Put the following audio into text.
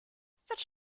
such